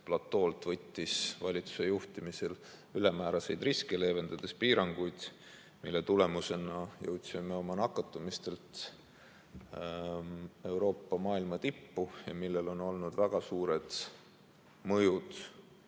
platool olles võttis valitsuse juhtimisel ülemääraseid riske, leevendades piiranguid, mille tagajärjel jõudsime nakatumistelt Euroopa ja ka maailma tippu – sellel on olnud väga suured mõjud